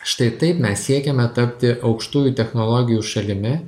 štai taip mes siekiame tapti aukštųjų technologijų šalimi